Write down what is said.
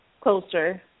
closer